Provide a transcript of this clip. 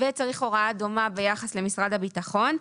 וצריך הוראה דומה ביחס למשרד הביטחון.